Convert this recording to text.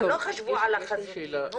לא חשבו על החזותי.